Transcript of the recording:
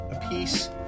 apiece